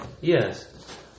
Yes